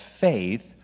faith